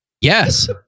Yes